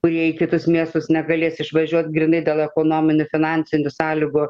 kurie į kitus miestus negalės išvažiuot grynai dėl ekonominių finansinių sąlygų